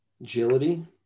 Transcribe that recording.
Agility